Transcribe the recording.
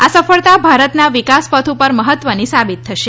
આ સફળતા ભારતના વિકાસ પથ ઉપર મહત્વની સાબિત થશે